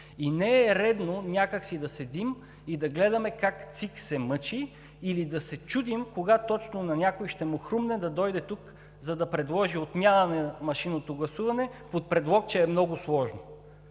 и не е редно някак си да седим и да гледаме как ЦИК се мъчи или да се чудим кога точно на някой ще му хрумне да дойде тук, за да предложи отмяна на машинното гласуване под предлог, че е много сложно.